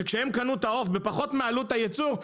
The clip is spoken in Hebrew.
כשהם קנו את העוף בפחות מעלות הייצור,